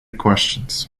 questions